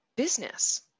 business